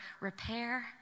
repair